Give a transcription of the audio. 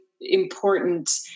important